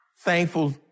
Thankful